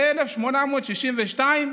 ב-1862,